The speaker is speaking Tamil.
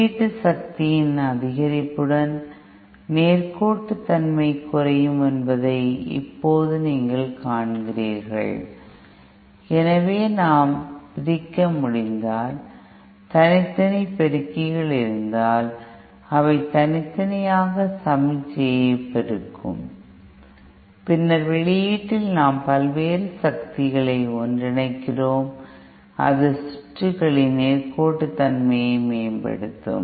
உள்ளீட்டு சக்தியின் அதிகரிப்புடன் நேர்கோட்டுத்தன்மை குறையும் என்பதை இப்போது நீங்கள் காண்கிறீர்கள் எனவே நாம் பிரிக்க முடிந்தால் தனித்தனி பெருக்கிகள் இருந்தால் அவை தனித்தனியாக சமிக்ஞையை பெருக்கும் பின்னர் வெளியீட்டில் நாம் பல்வேறு சக்திகளையும் ஒன்றிணைக்கிறோம் அது சுற்றுகளின் நேர்கோட்டுத்தன்மையை மேம்படுத்தும்